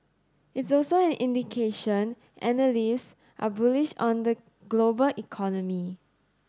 it's also an indication analysts are bullish on the global economy